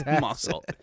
muscle